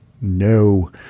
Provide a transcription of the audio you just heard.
No